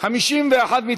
לסעיף 1 לא נתקבלה.